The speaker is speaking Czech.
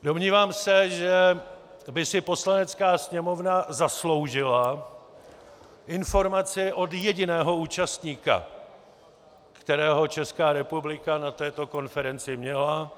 Domnívám se, že by si Poslanecká sněmovna zasloužila informaci od jediného účastníka, kterého Česká republika na této konferenci měla.